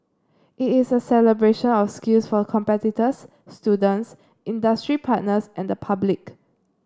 it is a celebration of skills for competitors students industry partners and the public